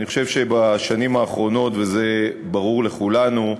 אני חושב שבשנים האחרונות, וזה ברור לכולנו,